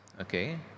Okay